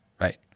Right